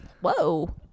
whoa